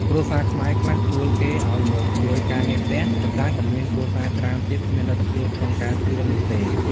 គ្រួសារខ្មែរខ្លះជួលគេឱ្យមកជួយការងារផ្ទះ ប៉ុន្តែក៏មានគ្រួសារច្រើនទៀតគ្មានលទ្ធភាពក្នុងការជួលនោះទេ។